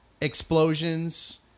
explosions